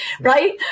right